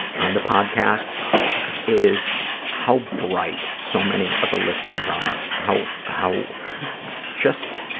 on the podcast is how bright so many of the listeners are, how how just